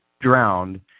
drowned